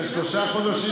בשלושה חודשים,